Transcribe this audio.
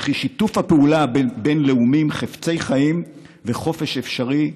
וכי שיתוף הפעולה בין לאומים חפצי חיים וחופש אפשרי,